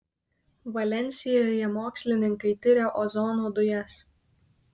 valensijoje mokslininkai tiria ozono dujas